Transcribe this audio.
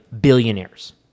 billionaires